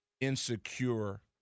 insecure